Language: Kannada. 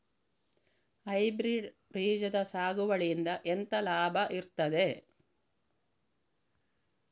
ಹೈಬ್ರಿಡ್ ಬೀಜದ ಸಾಗುವಳಿಯಿಂದ ಎಂತ ಲಾಭ ಇರ್ತದೆ?